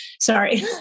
sorry